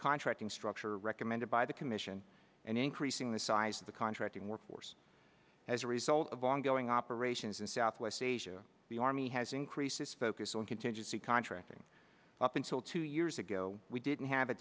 contracting structure recommended by the commission and increasing the size of the contracting workforce as a result of ongoing operations in southwest asia the army has increased its focus on contingency contracting up until two years ago we didn't have